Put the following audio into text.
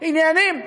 עניינים.